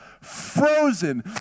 frozen